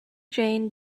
jane